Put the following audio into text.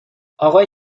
اقای